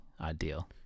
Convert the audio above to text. ideal